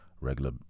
regular